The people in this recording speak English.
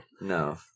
No